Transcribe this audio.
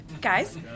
guys